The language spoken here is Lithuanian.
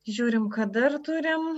žiūrim ką dar turim